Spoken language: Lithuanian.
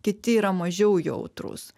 kiti yra mažiau jautrūs